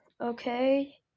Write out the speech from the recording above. Okay